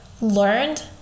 learned